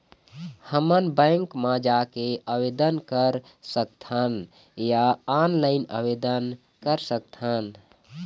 हमन बैंक मा जाके आवेदन कर सकथन या ऑनलाइन आवेदन कर सकथन?